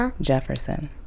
Jefferson